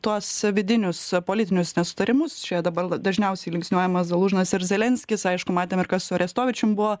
tuos vidinius politinius nesutarimus čia dabar dažniausiai linksniuojamas zalužnas ir zelenskis aišku matėm ir kas su arestovičium buvo